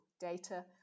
data